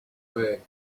way